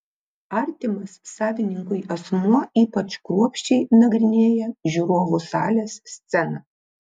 artimas savininkui asmuo ypač kruopščiai nagrinėja žiūrovų salės sceną